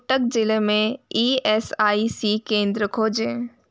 कुट्टक ज़िले में E S I C केंद्र खोजें